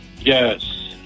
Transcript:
Yes